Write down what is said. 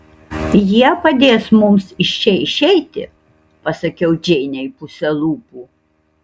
jie padės mums iš čia išeiti pasakiau džeinei puse lūpų